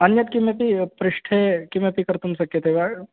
अन्यत् किमपि पृष्ठे किमपि कर्तुं शक्यते वा